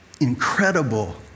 incredible